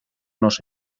nos